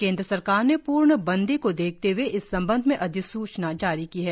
केंद्र सरकार ने पूर्णबंदी को देखते हए इस सम्बंध में अधिसूचना जारी की है